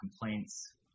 complaints